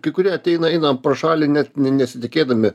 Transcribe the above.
kurie ateina eina pro šalį net ne nesitikėdami